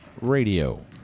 Radio